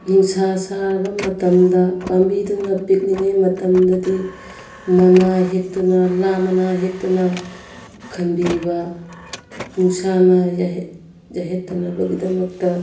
ꯅꯨꯡꯁꯥ ꯁꯥꯔꯕ ꯃꯇꯝꯗ ꯄꯥꯝꯕꯤꯗꯨꯅ ꯄꯤꯛꯂꯤꯉꯩ ꯃꯇꯝꯗꯗꯤ ꯃꯅꯥ ꯍꯦꯛꯇꯨꯅ ꯂꯥ ꯃꯅꯥ ꯍꯦꯛꯇꯨꯅ ꯈꯟꯕꯤꯕ ꯅꯨꯡꯁꯥꯅ ꯌꯩꯍꯠꯇꯅꯕꯒꯤꯗꯃꯛꯇ